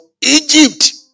Egypt